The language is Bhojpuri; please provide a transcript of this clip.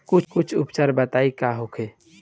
कुछ उपचार बताई का होखे?